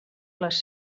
les